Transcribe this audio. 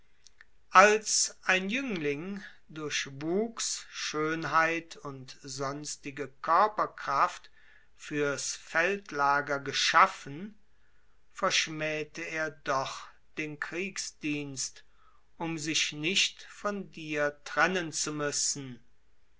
als ein jüngling durch wuchs schönheit und sonstige körperkraft für's feldlager geschaffen verschmähte er doch den kriegsdienst um sich nicht von dir trennen zu müssen